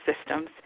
systems